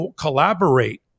collaborate